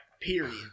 period